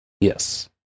Yes